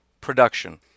production